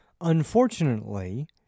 Unfortunately